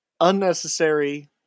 unnecessary